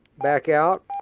back out.